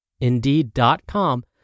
Indeed.com